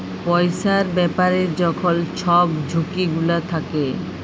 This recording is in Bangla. পইসার ব্যাপারে যখল ছব ঝুঁকি গুলা থ্যাকে